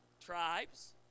tribes